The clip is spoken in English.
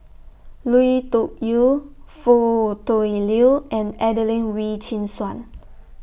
Lui Tuck Yew Foo Tui Liew and Adelene Wee Chin Suan